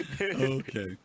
Okay